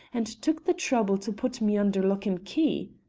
and took the trouble to put me under lock and key.